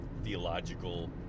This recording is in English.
Theological